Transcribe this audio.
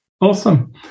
Awesome